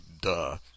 duh